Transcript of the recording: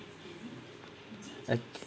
I